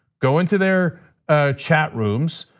go into their chat rooms,